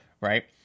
Right